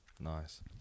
Nice